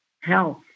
health